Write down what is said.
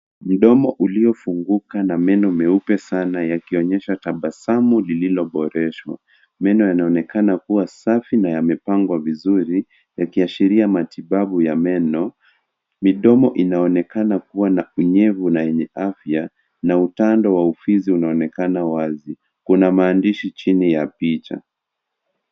Mdomo uliofunguka na meno nyeupe sana yakionyesha tabasamu lililoboreshwa. Meno yanaonekana kuwa safi na yamepangwa vizuri yakiashiria matibabu ya meno. Midomo inaonekana kuwa na unyevu na yenye afya na utando wa ufizi unaonekana wazi. Kuna maandishi chini ya picha.